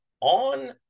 on